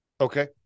Okay